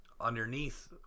underneath